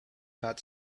pat